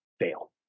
fail